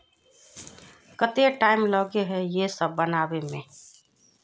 केते टाइम लगे है ये सब बनावे में?